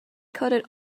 coated